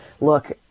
look